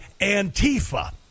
Antifa